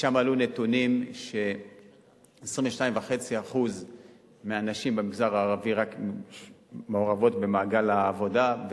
ושם עלו נתונים שרק 22.5% מהנשים במגזר הערבי מעורבות במעגל העבודה,